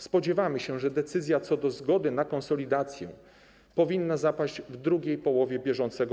Spodziewamy się, że decyzja co do zgody na konsolidację powinna zapaść w II połowie br.